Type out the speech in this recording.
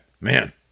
man